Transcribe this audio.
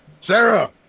Sarah